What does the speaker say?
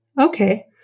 Okay